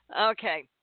Okay